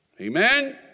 Amen